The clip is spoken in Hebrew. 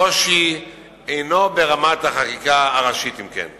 הקושי אינו ברמת החקיקה הראשית, אם כן.